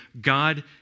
God